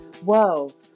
whoa